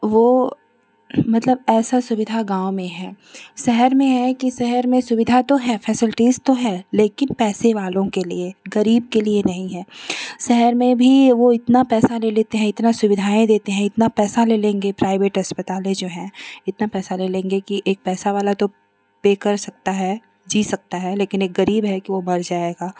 वो मतलब ऐसा सुविधा गाँव में है शहर में हैं कि शहर में सुविधा तो है फैसिलिटीज तो है लेकिन पैसे वालों के लिए गरीब के लिए नहीं है शहर में भी वो इतना पैसा ले लेते हैं इतना सुविधाएँ देते हैं इतना पैसा ले लेंगे प्राइवेट अस्पतालें जो है इतना पैसा ले लेंगे की एक पैसा वाला तो पे कर सकता है जी सकता है लेकिन एक गरीब है की वो मर जाएगा